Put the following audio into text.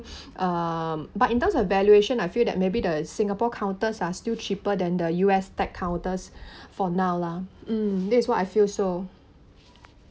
um but in terms of valuation I feel that maybe the singapore counters are still cheaper than the U_S tech counters for now lah mm this is what I feel so